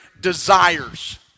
desires